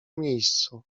miejscu